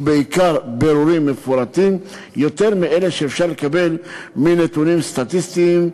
ובעיקר בירורים מפורטים יותר מאלה שאפשר לקבל מנתונים סטטיסטיים.